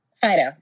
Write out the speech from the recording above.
Fido